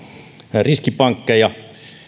riskipankkeja